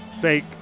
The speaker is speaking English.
fake